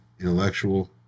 intellectual